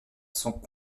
sont